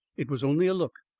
it was only a look,